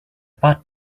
bought